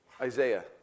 Isaiah